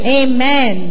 amen